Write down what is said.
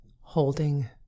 holding